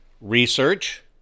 research